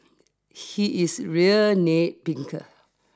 he is real nitpicker